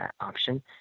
option